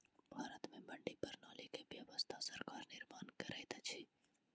भारत में मंडी प्रणाली के व्यवस्था सरकार निर्माण करैत अछि